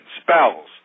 spells